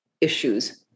issues